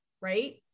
right